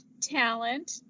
talent